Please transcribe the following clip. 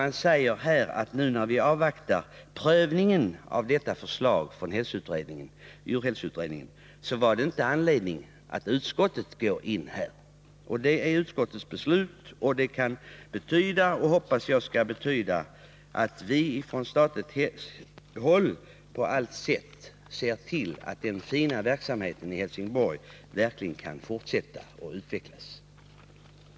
Utskottet säger att i avvaktan på prövningen av djurhälsoutredningens förslag finns det inte anledning för utskottet att nu ta ställning. Jag hoppas att det skall betyda att vi från statligt håll på allt sätt kommer att se till att den fina verksamheten i Helsingborg kan fortsätta och även utvecklas.